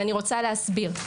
ואני רוצה להסביר.